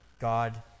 God